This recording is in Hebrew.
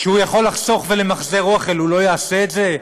שמי שיכול לחסוך ולמחזר אוכל, הוא לא יעשה את זה?